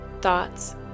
thoughts